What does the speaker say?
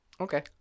Okay